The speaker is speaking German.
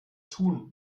tun